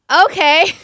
Okay